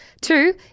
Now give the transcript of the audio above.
two